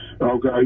Okay